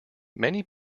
many